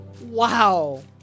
Wow